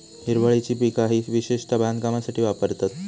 हिरवळीची पिका ही विशेषता बांधकामासाठी वापरतत